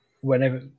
whenever